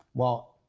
well,